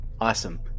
Awesome